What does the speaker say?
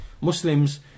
Muslims